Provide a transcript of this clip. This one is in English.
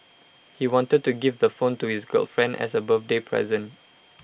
he wanted to give the phone to his girlfriend as A birthday present